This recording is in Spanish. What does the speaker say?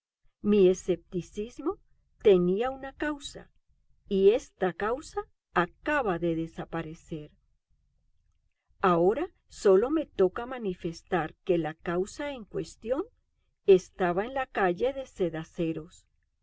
mi escepticismo tenía una causa y esta causa acaba de desaparecer ahora sólo me toca manifestar que la causa en cuestión estaba en la calle de